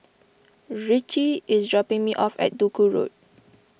Ricci is dropping me off at Duku Road